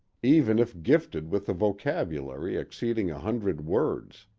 even if gifted with a vocabulary exceeding a hundred words.